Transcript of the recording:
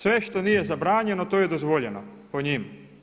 Sve što nije zabranjeno to je dozvoljeno po njima.